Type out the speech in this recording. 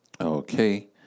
Okay